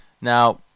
Now